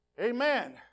Amen